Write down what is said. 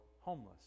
homeless